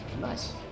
Nice